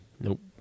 Nope